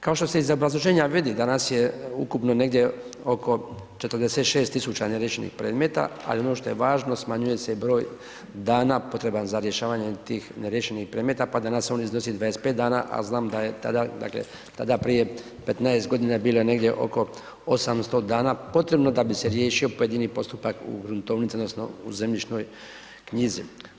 Kao što se iz obrazloženja vidi, danas je ukupno negdje oko 46 tisuća neriješenih predmeta, ali ono što je važno smanjuje se i broj dana potrebnih za rješavanje tih neriješenih predmeta, pa danas on iznosi 25 dana, a znam da je tada, dakle, prije 15 godina bilo negdje oko 800 dana potrebno da bi se riješio pojedini postupak u gruntovnici, odnosno u zemljišnoj knjizi.